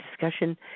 discussion